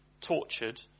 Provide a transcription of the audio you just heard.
tortured